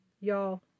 y'all